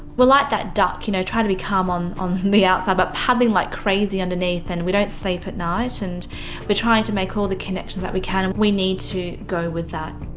we're like that duck, you know trying to be calm on on the outside but paddling like crazy underneath. and we don't sleep at night, and we're trying to make all the connections that we can. and we need to go with that.